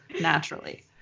naturally